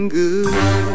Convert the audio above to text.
good